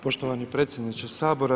Poštovani predsjedniče Sabora.